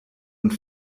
und